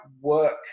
work